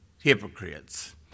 hypocrites